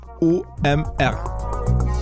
OMR